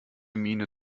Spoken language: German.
miene